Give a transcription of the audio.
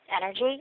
energy